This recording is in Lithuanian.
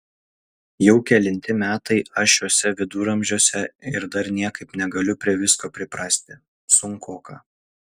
jau kelinti metai aš šiuose viduramžiuose ir dar niekaip negaliu prie visko priprasti sunkoka